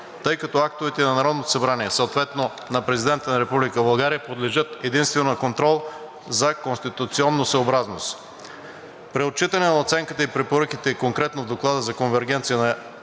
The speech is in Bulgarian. тъй като актовете на Народното събрание, съответно на Президента на Република България, подлежат единствено на контрол за конституционосъобразност. При отчитане на оценката и препоръките конкретно в Доклада за конвергенция на